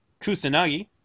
Kusanagi